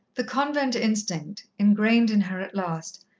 the convent instinct, engrained in her at last,